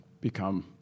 become